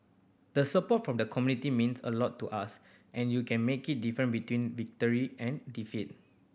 the support from the community means a lot to us and you can make it different between victory and defeat